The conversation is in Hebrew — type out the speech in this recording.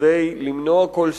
כדי למנוע כל ספק,